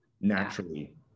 naturally